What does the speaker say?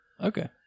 Okay